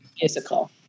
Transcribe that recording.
Musical